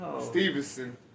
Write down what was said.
Stevenson